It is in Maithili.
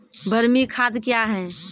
बरमी खाद कया हैं?